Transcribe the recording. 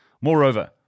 Moreover